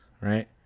right